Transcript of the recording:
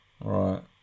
right